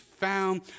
Found